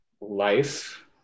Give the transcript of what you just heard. life